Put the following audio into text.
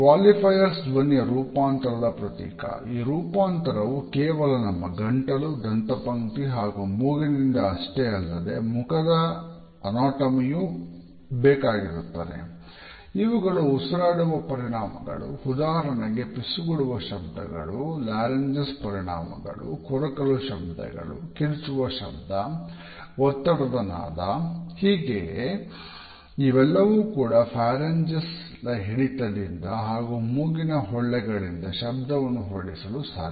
qualifiers ಹಿಡಿತದಿಂದ ಹಾಗು ಮೂಗಿನ ಹೊಳ್ಳೆಗಳಿಂದ ಶಬ್ದವನ್ನು ಹೊರಡಿಸಲು ಸಾಧ್ಯ